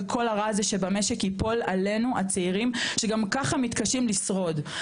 וכל הרע הזה שבמשק ייפול עלינו הצעירים שגם ככה מתקשים לשרוד.